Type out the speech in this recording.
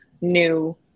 new